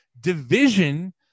Division